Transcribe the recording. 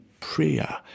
prayer